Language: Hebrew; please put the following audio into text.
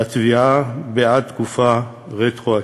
לתביעה בעד תקופות רטרואקטיביות.